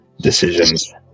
decisions